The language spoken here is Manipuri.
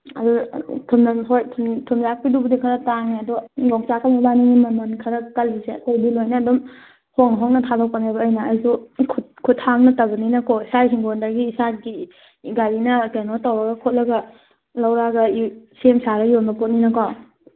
ꯑꯗꯨ ꯊꯨꯝ ꯍꯣꯏ ꯊꯨꯝꯌꯥꯛꯄꯤꯗꯨꯕꯨꯗꯤ ꯈꯔ ꯇꯥꯡꯉꯦ ꯑꯗꯣ ꯌꯣꯡꯆꯥꯛꯀ ꯃꯕꯥꯅꯤ ꯃꯃꯜ ꯈꯔ ꯀꯜꯂꯦ ꯑꯇꯩꯗꯤ ꯂꯣꯏꯅ ꯑꯗꯨꯝ ꯍꯣꯡꯅ ꯍꯣꯡꯅ ꯊꯥꯗꯣꯛꯄꯅꯦꯕ ꯑꯩꯅ ꯑꯩꯁꯨ ꯈꯨꯠ ꯈꯨꯠꯊꯥꯡ ꯅꯠꯇꯕꯅꯤꯅꯀꯣ ꯏꯁꯥꯒꯤ ꯏꯪꯈꯣꯜꯗꯒꯤ ꯏꯁꯥꯒꯤ ꯒꯥꯔꯤꯅ ꯀꯩꯅꯣ ꯇꯧꯔꯒ ꯂꯧꯔꯒ ꯈꯣꯠꯂꯒ ꯁꯦꯝꯁꯥꯔꯒ ꯌꯣꯟꯕ ꯄꯣꯠꯅꯤꯅꯀꯣ